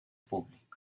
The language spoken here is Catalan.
públic